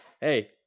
hey